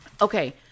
Okay